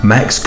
Max